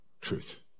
truth